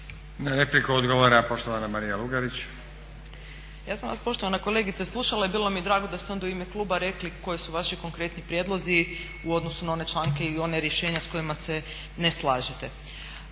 Na repliku odgovara poštovana Marija Lugarić. **Lugarić, Marija (SDP)** Ja sam vas poštovana kolegice slušala i bilo mi je drago da ste onda u ime kluba rekli koji su vaši konkretni prijedlozi u odnosu na one članke i ona rješenja s kojima se ne slažete.